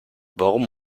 warum